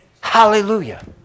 Hallelujah